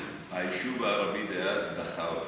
היישוב הערבי דאז דחה אותן.